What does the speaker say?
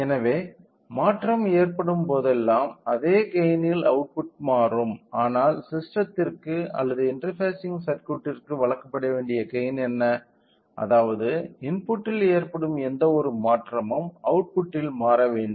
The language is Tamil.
எனவே மாற்றம் ஏற்படும் போதெல்லாம் அதே கெய்ன்யில் அவுட்புட் மாறும் ஆனால் ஸிஸ்டெத்திற்கு அல்லது இன்டெர்பாஸிங் சர்க்யூட்ற்கு வழங்கப்பட வேண்டிய கெய்ன் என்ன அதாவது இன்புட்டில் ஏற்படும் எந்த ஓரு மாற்றமும் அவுட்புட்டில் மாற வேண்டும்